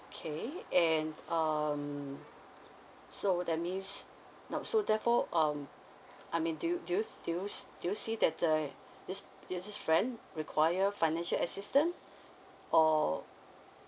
K and um so that means now so therefore um I mean do you do you f~ do you s~ do you see that the this this friend require financial assistance or